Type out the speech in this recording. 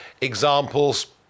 examples